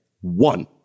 One